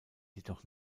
jedoch